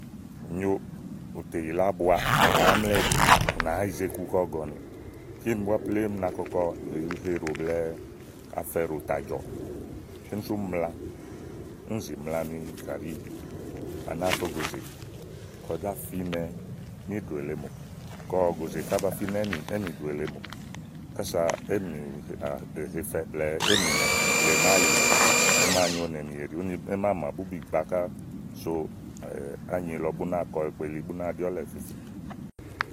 Nyòo, ùtè yìlè ábua, ù nàáa mlàa ìbìì, ù naáá yize iku kɔ ɔ̀gɔ̀nìì. kíni búá plémú na kɔkɔ uhe ɖò blɛ̀ɛ afɛɖò tà jɔ̀ɔ. kíni sú úni mla, úni zì mla nì kàɖi à nàáa fɛ ògòzè, kɔ zá fìínɛ níìɖòè èle mò kɔ ògòzè ká ba fínɛ éè mìɖòè èle mò kása éème hefɛ blɛ̀ɛ éè mìnɛ nàáa yìlè, é màa nyo nènìè ɖì ùni é máa mà búbìgbàa ká so ányi lɔ bú náa kɔ ekpeli bú náa ɖi ɔ̀lɛ̀ìfefe.